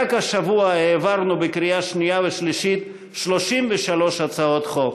רק השבוע העברנו בקריאה שנייה ושלישית 33 הצעות חוק,